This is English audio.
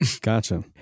gotcha